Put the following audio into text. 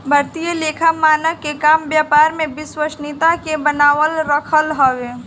भारतीय लेखा मानक के काम व्यापार में विश्वसनीयता के बनावल रखल हवे